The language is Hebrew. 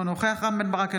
אינו נוכח רם בן ברק,